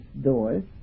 doors